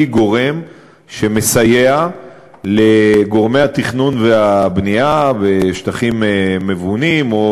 היא גורם שמסייע לגורמי התכנון והבנייה בשטחים מבונים או